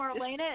Marlena